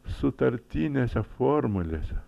sutartinėse formulėse